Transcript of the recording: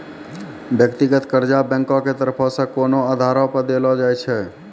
व्यक्तिगत कर्जा बैंको के तरफो से कोनो आधारो पे देलो जाय छै